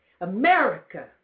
America